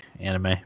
anime